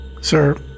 Sir